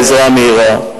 העזרה המהירה,